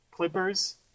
Clippers